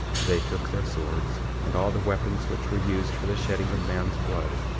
they took their swords, and all the weapons which were used for the shedding of man's blood,